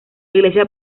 iglesia